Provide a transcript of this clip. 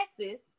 Texas